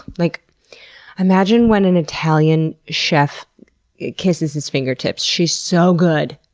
like imagine when an italian chef kisses his fingertips. she's so good.